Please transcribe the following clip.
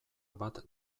bat